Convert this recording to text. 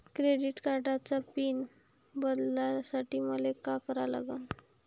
Credit कार्डाचा pin बदलासाठी मले का करा लागन?